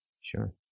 Sure